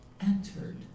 entered